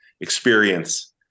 experience